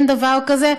אין דבר כזה.